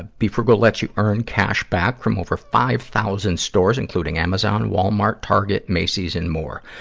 ah befrugal lets you earn cash back from over five thousand stores, including amazon, walmart, target, macys, and more.